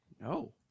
No